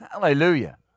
hallelujah